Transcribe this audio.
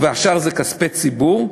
והשאר זה כספי ציבור,